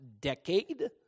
decade